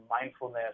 mindfulness